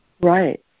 Right